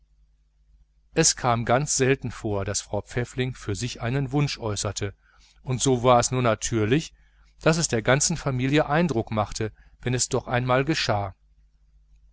es kam ganz selten vor daß frau pfäffling für sich einen wunsch äußerte und so war es nur natürlich daß es der ganzen familie eindruck machte wenn es doch einmal geschah